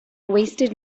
wasted